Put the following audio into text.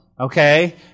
okay